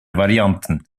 varianten